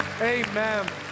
Amen